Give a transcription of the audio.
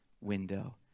window